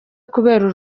kubera